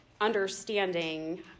understanding